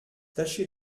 tâchez